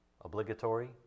obligatory